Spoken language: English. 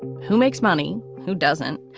who makes money? who doesn't?